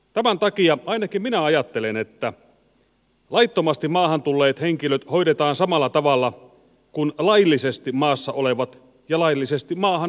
tämän takia ainakin minä ajattelen että laittomasti maahan tulleet henkilöt hoidetaan samalla tavalla kuin laillisesti maassa olevat ja laillisesti maahan tulleet